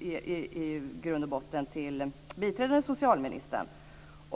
i grund och botten till biträdande socialministern.